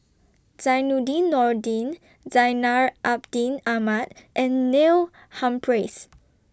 Zainudin Nordin Zainal Abidin Ahmad and Neil Humphreys